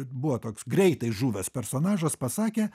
buvo toks greitai žuvęs personažas pasakė